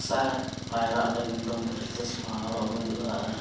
ᱥᱟᱭ ᱯᱟᱭᱨᱟᱜ ᱞᱟᱹᱜᱤᱫ ᱫᱚ ᱢᱮᱫ ᱨᱮ ᱪᱚᱥᱢᱟ ᱦᱚᱨᱚᱜ ᱦᱩᱭᱩᱜᱼᱟ ᱟᱨ